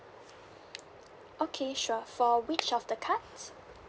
okay sure for which of the cards